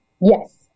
Yes